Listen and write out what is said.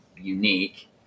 unique